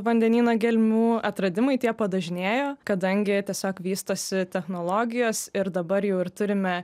vandenyno gelmių atradimai tie padažnėjo kadangi tiesiog vystosi technologijos ir dabar jau ir turime